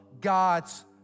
God's